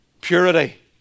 purity